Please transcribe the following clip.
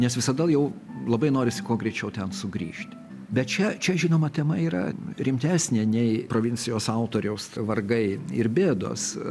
nes visada jau labai norisi kuo greičiau ten sugrįžti bet čia čia žinoma tema yra rimtesnė nei provincijos autoriaus vargai ir bėdos